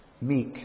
meek